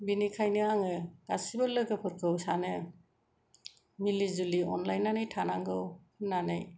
बेनिखायनो आङो गासैबो लोगोफोरखौ सानो मिलि जुलि अनलायनानै थानांगौ होननानै